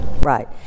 Right